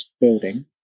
building